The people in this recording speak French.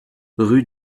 rue